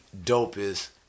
dopest